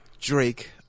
Drake